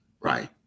right